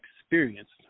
experienced